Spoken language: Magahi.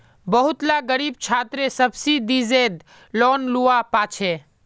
बहुत ला ग़रीब छात्रे सुब्सिदिज़ेद लोन लुआ पाछे